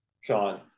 Sean